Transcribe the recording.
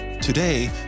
Today